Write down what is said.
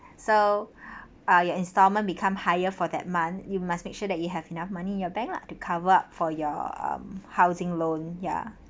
so ah your installment become higher for that month you must make sure that you have enough money in your bank lah to cover for your um housing loan ya